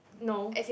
no